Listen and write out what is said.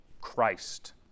Christ